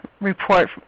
report